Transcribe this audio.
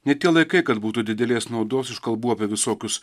ne tie laikai kad būtų didelės naudos iš kalbų apie visokius